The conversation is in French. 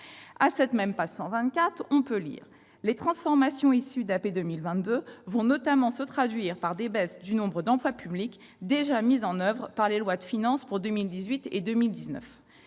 À cette même page 124, on peut lire :« Les transformations issues d'AP 2022 vont notamment se traduire par des baisses du nombre d'emplois publics, déjà mises en oeuvre par les lois de finances pour 2018 et 2019. »